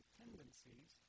tendencies